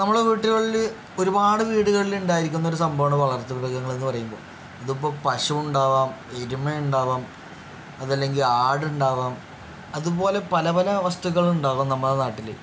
നമ്മളുടെ വീട്ടിലുകളിൽ ഒരുപാട് വീടുകളിൽ ഉണ്ടായിരിക്കുന്ന ഒരു സംഭവമാണ് വളർത്ത് മൃഗങ്ങൾ എന്ന് പറയുമ്പോൾ അത് ഇപ്പം പശു ഉണ്ടാകാം എരുമ ഉണ്ടാകാം അത് അല്ലെങ്കിൽ ആട് ഉണ്ടാകാം അതുപോലെ പല പല വസ്തുക്കൾ ഉണ്ടാകാം നമ്മുടെ നാട്ടിൽ